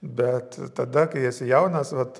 bet tada kai esi jaunas vat